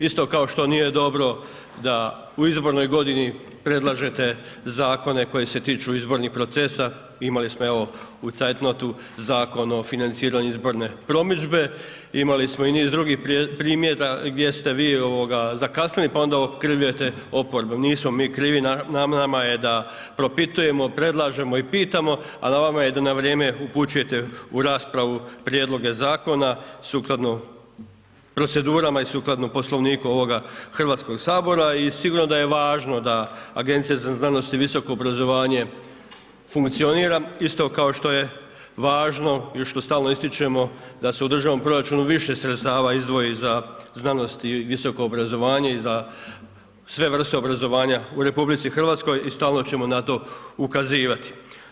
Isto kao što nije dobro da u izbornoj godini predlažete zakone koji se tiču izbornih procesa, imali smo evo, u zeit notu Zakon o financiranju izborne promidžbe, imali smo i niz drugih primjera gdje ste vi zakasnili, pa onda okrivljujete oporbu, nismo mi krivi, na nama je da propitujemo, predlažemo i pitamo, a na vama je da na vrijeme upućujete u raspravu prijedloge zakona sukladno procedurama i sukladno Poslovniku ovoga HS i sigurno da je važno da Agencije za znanost i visoko obrazovanje funkcionira, isto kao što je važno ili što stalno ističemo da se u državnom proračunu više sredstva izdvoji za znanost i visoko obrazovanje i za sve vrste obrazovanja u RH i stalno ćemo na to ukazivati.